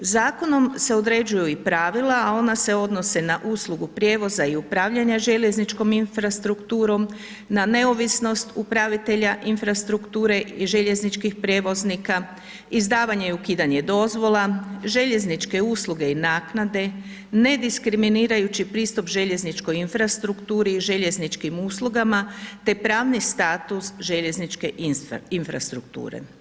Zakonom se određuju i pravila, a ona se odnose na usluge prijevoza i upravljanja željezničkom infrastrukturom, na neovisno upravitelja infrastrukture i željezničkih prijevoznika, izdavanje i ukidanje dozvola, željezničke u sluge i naknade, nediskriminirajuću pristup infrastrukturi i željezničkim uslugama, te pravni status željezničke infrastrukture.